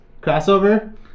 crossover